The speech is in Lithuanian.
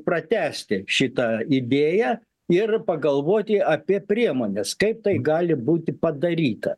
pratęsti šitą idėją ir pagalvoti apie priemones kaip tai gali būti padaryta